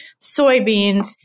soybeans